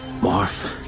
morph